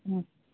മ്മ്